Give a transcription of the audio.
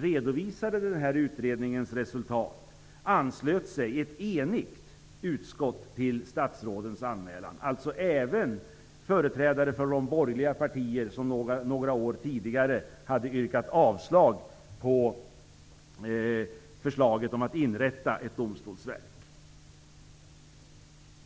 redovisade denna utrednings resultat, anslöt sig ett enigt utskott till statsrådets anmälan, dvs. även företrädare för de borgerliga partier som några år tidigare hade yrkat avslag på förslaget om att inrätta ett Domstolsverk.